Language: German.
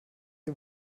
ihr